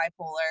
bipolar